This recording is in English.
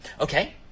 Okay